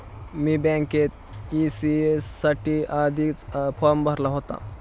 मी बँकेत ई.सी.एस साठी आधीच फॉर्म भरला होता